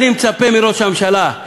אני מצפה מראש הממשלה,